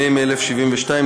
מ/1072,